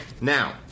Now